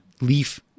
Leaf